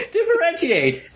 Differentiate